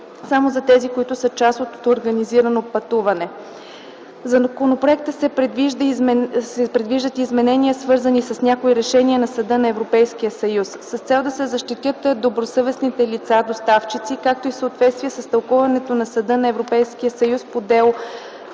само за тези, които са част от организирано пътуване. ІІІ. В законопроекта се предвиждат изменения, свързани с някои решения на Съда на Европейския съюз: С цел да се защитят добросъвестните лица доставчици, както и в съответствие с тълкуването на Съда на Европейския съюз по Дело